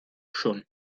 schon